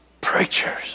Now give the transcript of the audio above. preachers